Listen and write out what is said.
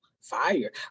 Fire